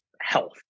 health